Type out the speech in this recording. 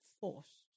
forced